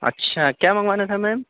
اچھا کیا منگوانا تھا میم